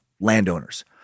landowners